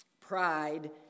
pride